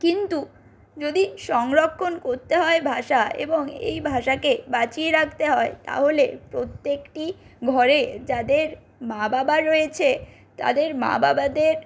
কিন্তু যদি সংরক্ষন করতে হয় ভাষা এবং এই ভাষাকে বাঁচিয়ে রাখতে হয় তাহলে প্রত্যেকটি ঘরে যাদের মা বাবা রয়েছে তাদের মা বাবাদের